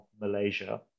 Malaysia